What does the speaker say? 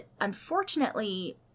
unfortunately